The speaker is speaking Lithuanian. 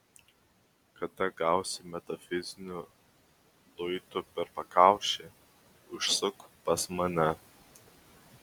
kada gausi metafiziniu luitu per pakaušį užsuk pas mane